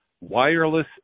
wireless